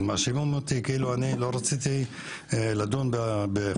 אז מאשימים אותי כאילו אני לא רציתי לדון בחורפיש,